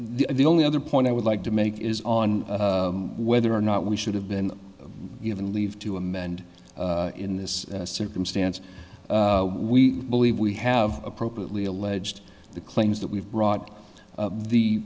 the only other point i would like to make is on whether or not we should have been given leave to amend in this circumstance we believe we have appropriately alleged the claims that we've brought